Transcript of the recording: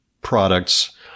products